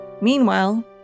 Meanwhile